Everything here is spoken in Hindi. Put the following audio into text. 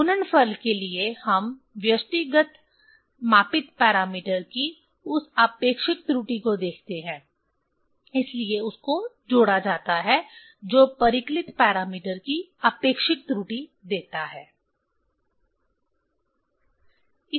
गुणनफल के लिए हम व्यष्टिगत मापित पैरामीटर की उस आपेक्षिक त्रुटि को देखते हैं इसलिए उसको जोड़ा जाता है जो परिकलित पैरामीटर की आपेक्षिक त्रुटि देता है